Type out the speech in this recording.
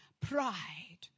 pride